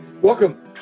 Welcome